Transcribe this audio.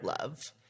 love